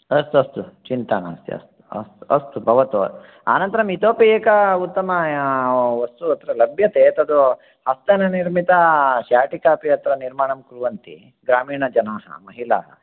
अस्तु अस्तु चिन्तानास्ति अस्तु भवतु अनन्तरम् इतोपि एक उत्तमवस्तु लभ्यते तत् हस्तनिर्मिता शाटिकापि अत्र निर्माणं कुर्वन्ति ग्रामीणजनाः महिलाः